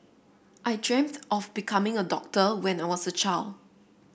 I dreamt of becoming a doctor when I was a child